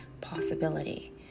possibility